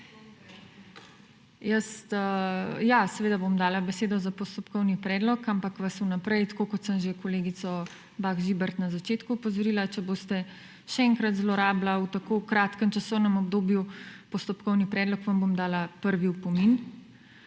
Seveda bom dala besedo za postopkovni predlog, ampak vas vnaprej, tako kot sem že kolegico Bah Žibert na začetku opozorila, če boste še enkrat zlorabili v tako kratkem časovnem obdobju postopkovni predlog, vam bom dala prvi opomin.